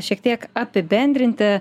šiek tiek apibendrinti